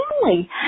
family